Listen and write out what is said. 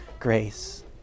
grace